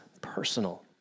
personal